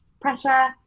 pressure